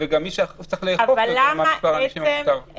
וגם מי שצריך לאכוף יודע מה מספר האנשים המותר.